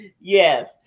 Yes